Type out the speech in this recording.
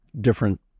different